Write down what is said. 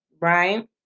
right